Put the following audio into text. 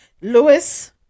Lewis